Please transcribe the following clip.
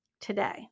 today